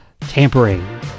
tampering